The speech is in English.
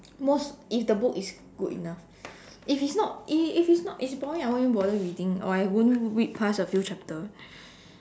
most if the book is good enough if it's not if if it's not if it's boring I won't even bother reading or I won't read past a few chapter